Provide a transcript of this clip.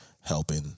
helping